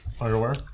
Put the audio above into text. Underwear